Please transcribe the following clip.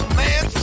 man